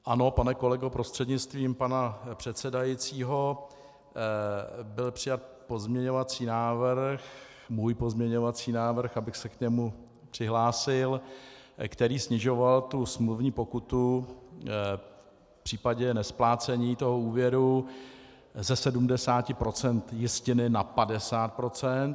Ano, pane kolego prostřednictvím pana předsedajícího, byl přijat pozměňovací návrh můj pozměňovací návrh, abych se k němu přihlásil který snižoval smluvní pokutu v případě nesplácení úvěru ze 70 % jistiny na 50 %.